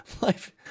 life